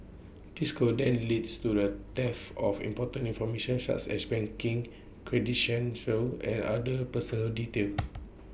this could then leads to the theft of important information such as banking and other personal details